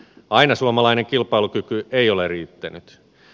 aina suomalainen kilpailukyky ei ole riittänyt